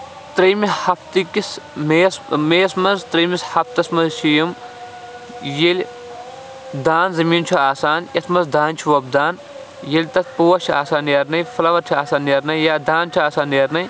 تریمہِ ہَفتہٕ کِس میے یس میے یس منٛز تریمِس ہَفتَس منٛز چھِ یِم ییٚلہِ دان زِمیٖن چھُ آسان یَتھ منٛز دانہِ چھُ وۄپدان ییٚلہِ تَتھ پوش آسان نیرنے فٕلَور چھِ آسان نیرنے یا دانہِ چھُ آسان نیرنے